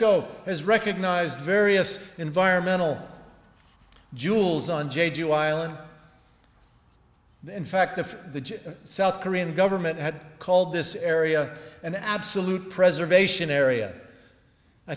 esko has recognized various environmental jewels on j g a while and in fact if the south korean government had called this area an absolute preservation area i